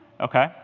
okay